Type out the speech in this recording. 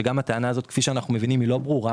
שגם הטענה הזו היא לא ברורה